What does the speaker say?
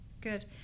good